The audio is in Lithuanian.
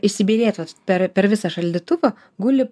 įsibėgėt vat per per visą šaldytuvą guli